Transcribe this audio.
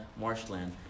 marshland